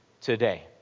today